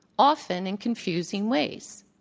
often in confusing ways.